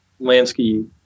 Lansky